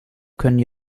können